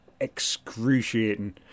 excruciating